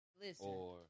Listen